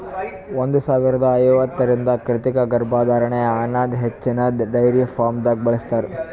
ಒಂದ್ ಸಾವಿರದಾ ಐವತ್ತರಿಂದ ಕೃತಕ ಗರ್ಭಧಾರಣೆ ಅನದ್ ಹಚ್ಚಿನ್ದ ಡೈರಿ ಫಾರ್ಮ್ದಾಗ್ ಬಳ್ಸತಾರ್